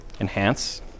Enhance